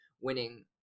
winning